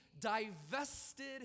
divested